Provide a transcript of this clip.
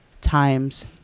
times